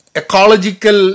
ecological